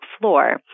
floor